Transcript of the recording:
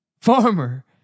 farmer